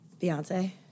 Beyonce